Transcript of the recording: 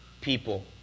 people